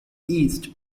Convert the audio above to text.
east